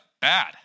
bad